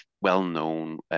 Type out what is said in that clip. well-known